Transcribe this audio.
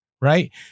Right